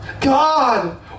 God